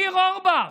ניר אורבך.